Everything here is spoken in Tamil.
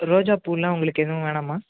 ரோஜா பூவெல்லாம் உங்களுக்கு எதுவும் வேணாம்மா